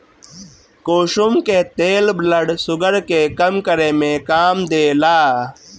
कुसुम के तेल blood sugar के कम करे में काम देला